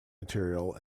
material